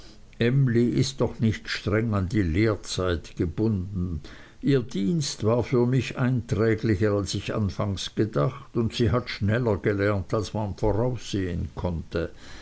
emly ist doch nicht streng an die lehrzeit gebunden ihr dienst war für mich einträglicher als ich anfangs gedacht und sie hat schneller gelernt als man voraussehen konnte